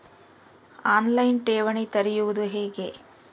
On line ಠೇವಣಿ ತೆರೆಯುವುದು ಹೇಗೆ?